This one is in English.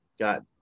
got